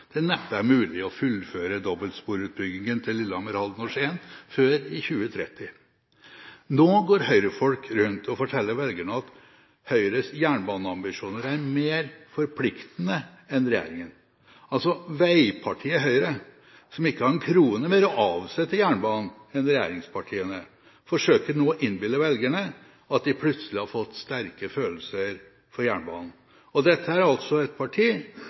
det neppe er mulig å fullføre dobbeltsporutbyggingen til Lillehammer, Halden og Skien før i 2030. Nå går Høyre-folk rundt og forteller velgerne at Høyres jernbaneambisjoner er mer forpliktende enn regjeringens, altså veipartiet Høyre, som ikke har en krone mer å avse til jernbanen enn regjeringspartiene, forsøker nå å innbille velgerne at de plutselig har fått sterke følelser for jernbanen, og dette er altså et parti